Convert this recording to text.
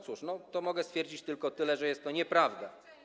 Cóż, no to mogę stwierdzić tylko tyle, że jest to nieprawda.